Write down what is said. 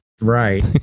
right